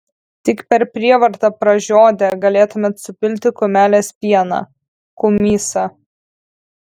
tik per prievartą pražiodę galėtumėt supilti kumelės pieną kumysą